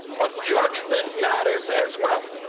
but judgment matters as well.